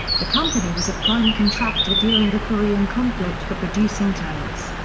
the company was a prime contractor during the korean conflict for producing tanks.